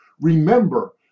Remember